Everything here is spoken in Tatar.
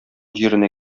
җиренә